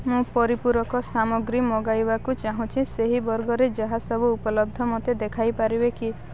ମୁଁ ପରିପୂରକ ସାମଗ୍ରୀ ମଗାଇବାକୁ ଚାହୁଁଛି ସେହି ବର୍ଗରେ ଯାହା ସବୁ ଉପଲବ୍ଧ ମୋତେ ଦେଖାଇ ପାରିବେ କି